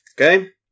Okay